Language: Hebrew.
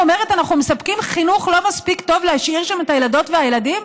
אומרת: אנחנו מספקים חינוך לא מספיק טוב להשאיר שם את הילדות והילדים,